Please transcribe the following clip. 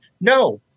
No